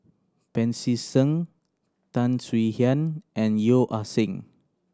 Pancy Seng Tan Swie Hian and Yeo Ah Seng